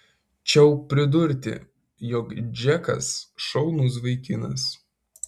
čiau pridurti jog džekas šaunus vaikinas